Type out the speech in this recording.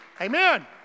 Amen